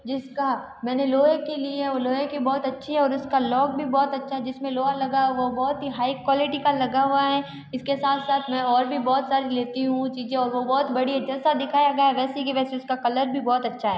जिसका मैंने लोहे की ली है वो लोहे की बहुत अच्छी है और उसका लॉक भी बहुत अच्छा है जिस में लोहा लगा है वो बहुत ही हाई क्वालिटी का लगा हुआ है इसके साथ साथ मैं और भी बहुत सारी लेती हूँ चीज़ें और वो बहुत बड़ी जैसा दिखाया गया वैसी की वैसी उसका कलर भी बहुत अच्छा है